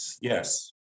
yes